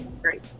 Great